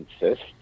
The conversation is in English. insist